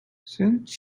since